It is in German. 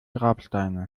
grabsteine